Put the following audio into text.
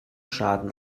schaden